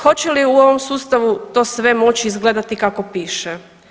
Hoće li u ovom sustavu to sve moći izgledati kako piše?